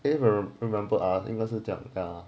if will remember ah 那个是这样的